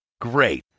Great